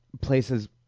places